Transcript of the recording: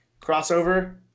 crossover